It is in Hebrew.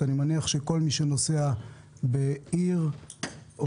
אני מניח שכל מי שנוסע בעיר או